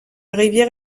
rivière